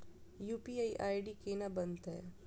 UPI ID केना बनतै?